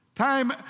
time